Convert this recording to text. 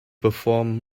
perform